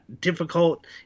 difficult